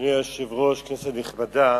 אדוני היושב-ראש, כנסת נכבדה,